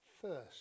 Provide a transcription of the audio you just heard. First